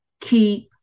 keep